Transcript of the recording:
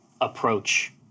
approach